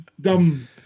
dumb